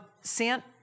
sent